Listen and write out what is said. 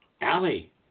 Allie